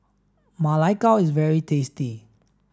Ma Lai Gao is very tasty